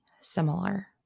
similar